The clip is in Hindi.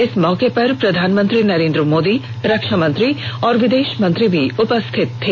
इस मौके पर प्रधानमंत्री नरेंद्र मोदी रक्षा मंत्री और विदेश मंत्री भी उपस्थित थे